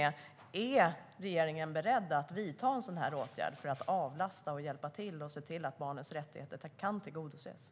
Är regeringen beredd att vidta en sådan åtgärd för att avlasta, hjälpa till och se till att barnens rättigheter kan tillgodoses?